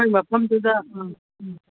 ꯑꯩꯈꯣꯏ ꯃꯐꯝꯗꯨꯗ ꯑꯥ ꯑꯥ